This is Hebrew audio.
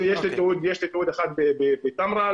יש תיעוד אחד בטמרה,